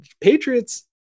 Patriots